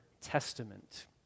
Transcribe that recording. Testament